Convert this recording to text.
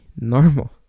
normal